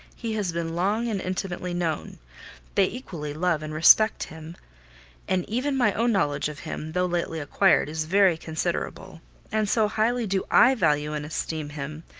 he has been long and intimately known they equally love and respect him and even my own knowledge of him, though lately acquired, is very considerable and so highly do i value and esteem him,